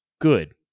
good